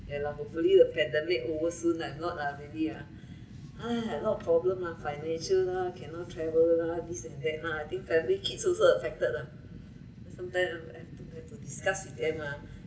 ya loh hopefully the pandemic over soon lah if not ah maybe ah a lot of problem lah financial lah cannot travel lah this and that lah I think family kids also affected lah then sometime I've I've to discuss with them lah